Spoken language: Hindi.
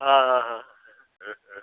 हाँ हाँ हाँ हाँ हाँ